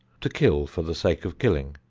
to kill for the sake of killing,